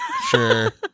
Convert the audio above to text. Sure